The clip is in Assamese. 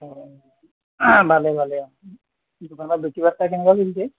অঁ ভালেই ভালেই অঁ দোকানত বেছিভাগ তাই কেনেকুৱা বুলি